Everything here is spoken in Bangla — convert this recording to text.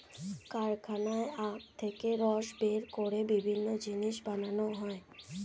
কারখানায় আখ থেকে রস বের করে বিভিন্ন জিনিস বানানো হয়